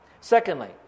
Secondly